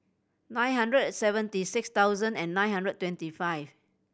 nine hundred and seventy six thousand nine hundred twenty five